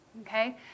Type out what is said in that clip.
Okay